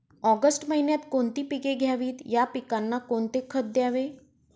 August महिन्यात कोणती पिके घ्यावीत? या पिकांना कोणते खत द्यावे?